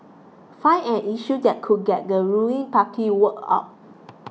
find an issue that could get the ruling party worked up